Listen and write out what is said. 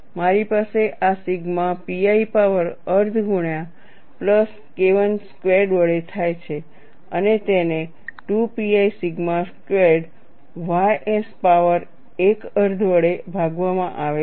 મારી પાસે આ સિગ્મા pi પાવર અર્ધ ગુણ્યા પ્લસ KI સ્કેવર્ડ વડે થાય છે અને તેને 2 pi સિગ્મા સ્કેવર્ડ ys આખો પાવર એક અર્ધ વડે ભાગવામાં આવે છે